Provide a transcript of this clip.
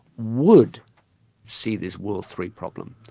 would see this world three problem,